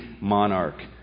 monarch